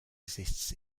exists